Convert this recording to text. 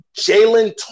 Jalen